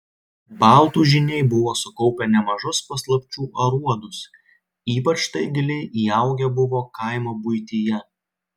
baltų žyniai buvo sukaupę nemažus paslapčių aruodus ypač tai giliai įaugę buvo kaimo buityje